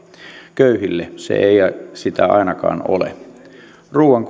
köyhille se ei sitä ainakaan ole myös ruoan